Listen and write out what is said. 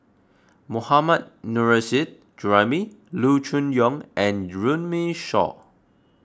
Mohammad Nurrasyid Juraimi Loo Choon Yong and Runme Shaw